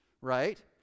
right